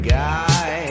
guy